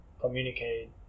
communicate